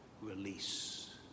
release